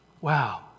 wow